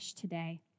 today